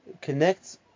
connect